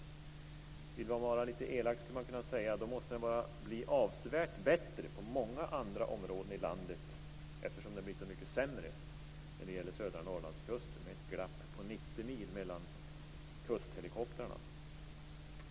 Om man vill vara litet elak skulle man kunna säga att den då måste bli avsevärt bättre på många andra områden i landet, eftersom den blir så mycket sämre vid södra Norrlandskusten, med ett glapp på 90 mil mellan kusthelikoptrarna.